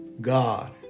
God